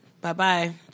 bye-bye